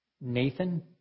Nathan